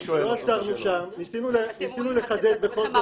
לא עצרנו שם, ניסינו לחדד בכל זאת.